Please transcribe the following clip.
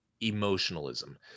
emotionalism